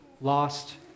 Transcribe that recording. lost